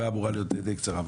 הישיבה אמורה להיות די קצרה,